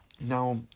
now